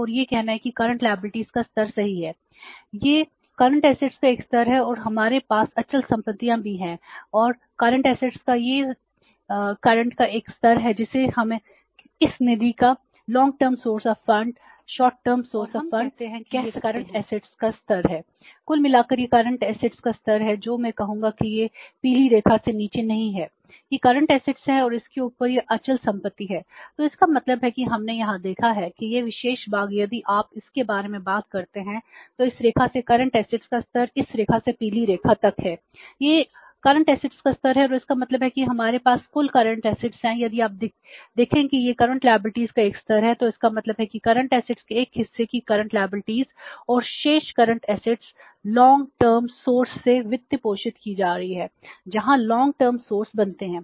और हम कहरहे हैं कि यह करंट असेट्स बनते हैं